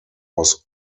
was